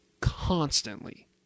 constantly